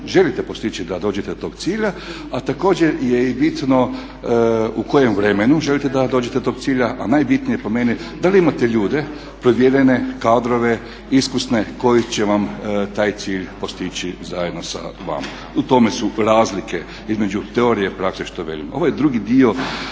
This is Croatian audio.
želite postići da dođete do tog cilja, a također je i bitno u kojem vremenu želite da dođe do tog cilja, a najbitnije po meni da li imate ljude provjerene kadrove, iskusne koji će vam taj cilj postići zajedno sa vama. U tome su razlike između teorije i prakse što velim. Ovaj drugi dio